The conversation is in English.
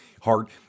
heart